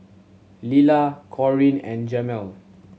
Lilla Corrine and Jamel